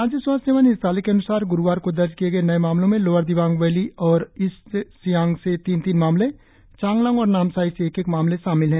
राज्य स्वास्थ सेवा निदेशालय के अन्सार ग़रुवार को दर्ज किए गए नए मामलो में लोअर दिबांग वैली और ईस्ट सियांग से तीन तीन मामले चांगलांग और नामसाई से एक एक मामले शामिल है